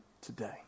today